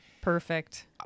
Perfect